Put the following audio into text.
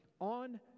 on